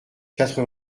quatre